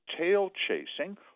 tail-chasing